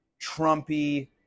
Trumpy